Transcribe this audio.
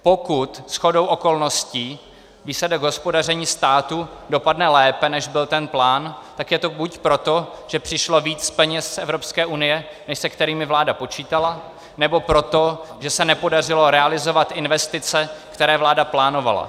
Pokud shodou okolností výsledek hospodaření státu dopadne lépe, než byl ten plán, tak je to buď proto, že přišlo víc peněz z Evropské unie, než se kterými vláda počítala, nebo proto, že se nepodařilo realizovat investice, které vláda plánovala.